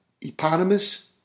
Eponymous